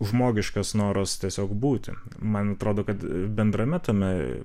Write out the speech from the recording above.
žmogiškas noras tiesiog būti man atrodo kad bendrame tame